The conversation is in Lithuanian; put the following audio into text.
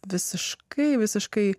visiškai visiškai